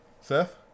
Seth